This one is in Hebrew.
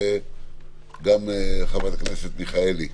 וגם לחברת הכנסת מיכאלי.